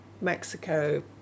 Mexico